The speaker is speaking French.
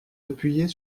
appuyer